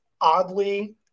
oddly